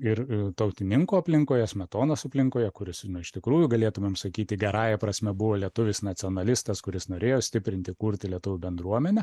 ir tautininkų aplinkoje smetonos aplinkoje kuris iš tikrųjų galėtumėm sakyti gerąja prasme buvo lietuvis nacionalistas kuris norėjo stiprinti kurti lietuvių bendruomenę